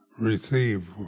receive